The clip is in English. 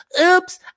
oops